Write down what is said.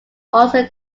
also